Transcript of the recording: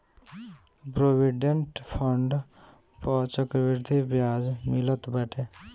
provident fund पअ चक्रवृद्धि बियाज मिलत बाटे